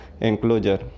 enclosure